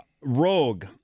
rogue